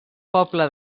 poble